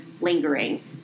lingering